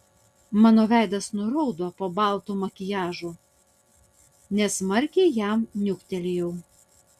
mano veidas nuraudo po baltu makiažu nesmarkiai jam niuktelėjau